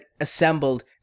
Assembled